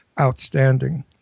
outstanding